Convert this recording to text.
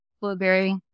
blueberry